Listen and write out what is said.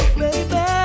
baby